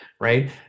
right